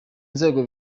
inzego